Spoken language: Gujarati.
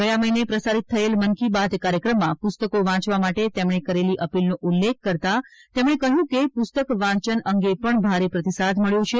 ગયા મહિને પ્રસારિત થયેલા મન કી બાત કાર્યક્રમમાં પુસ્તકો વાંચવા માટે તેમને કરેલી અપીલનો ઉલ્લેખ કરતા તેમણે કહયું કે પુસ્તક વાંચન અંગે પણ ભારે પ્રતિસાદ મળ્યો છે